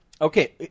Okay